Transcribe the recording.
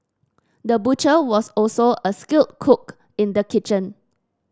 the butcher was also a skilled cook in the kitchen